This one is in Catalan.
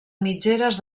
mitgeres